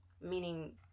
meaning